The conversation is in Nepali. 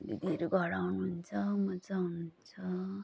दिदीहरू घर आउनुहुन्छ मजा आउनुहुन्छ